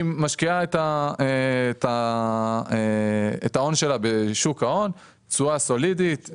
ומשקיעה את ההון שלה בשוק ההון; תשואה סולידית,